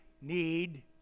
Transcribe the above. need